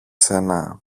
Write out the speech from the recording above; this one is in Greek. σένα